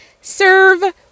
Serve